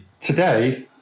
Today